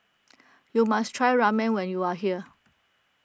you must try Ramen when you are here